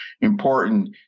important